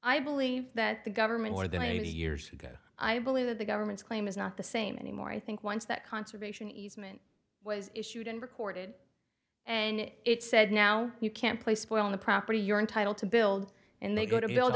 i believe that the government more than eighty years ago i believe that the government's claim is not the same anymore i think once that conservation easement was issued and recorded and it said now you can't play spoiling the property you're entitled to build and they go to build